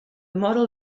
model